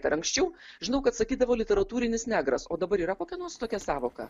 dar anksčiau žinau kad sakydavo literatūrinis negras o dabar yra kokia nors tokia sąvoka